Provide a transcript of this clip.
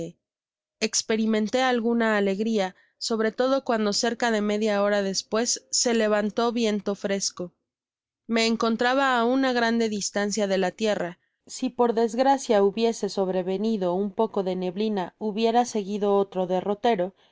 esperimenté alguna alegria sobre todo cuando cerca de media hora despues se levantó viento fresco me encontraba á una grande distancia de la tierra si por desgracia hubiese sobrevenido un poco de neblina hubiera seguido otro derrotero